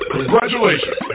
Congratulations